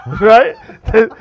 right